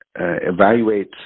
evaluate